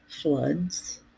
floods